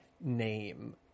name